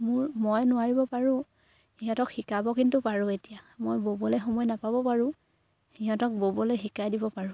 মোৰ মই নোৱাৰিব পাৰোঁ সিহঁতক শিকাব কিন্তু পাৰোঁ এতিয়া মই ব'বলে সময় নাপাব পাৰোঁ সিহঁতক ব'বলে শিকাই দিব পাৰোঁ